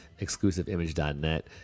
ExclusiveImage.net